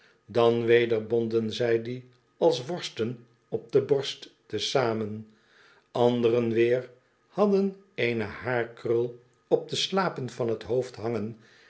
dan weder bonden zij die als worsten op de borst te zamen anderen weer hadden eene haar krul op de slapen van t hoofd hangen